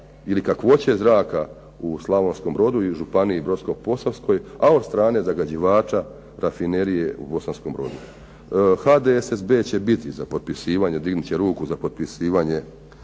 ili kakvoće zraka u Slavonskom Brodu i županiji Brodsko-posavskoj, a od strane zagađivača rafinerije u Bosanskom Brodu? HDSSB će biti za potpisivanje, dignut će ruku za potpisivanje